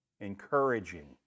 Encouraging